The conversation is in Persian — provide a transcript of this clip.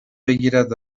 بگیرد